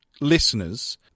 listeners